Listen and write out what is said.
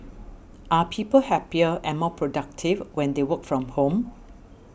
are people happier and more productive when they work from home